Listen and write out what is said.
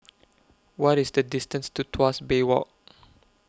What IS The distance to Tuas Bay Walk